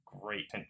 great